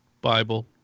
Bible